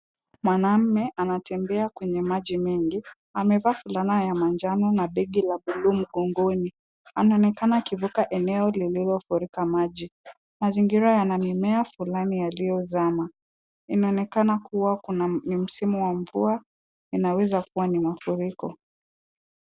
Mwanaume anatembea kwenye maji mengi. Amevaa fulana la manjano na begi la buluu mgongoni. Anaonekana akivuka eno lililofurika maji. Mazingira yana mimea fulani yaliyozama. Inaonekana kuwa ni msimu wa mvua. Inaweza kuwa ni mafuriko.